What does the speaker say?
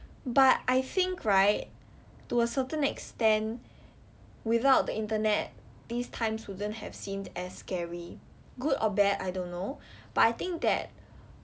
but I think right to a certain extent without the internet these times wouldn't have seemed as scary good or bad I don't know but I think that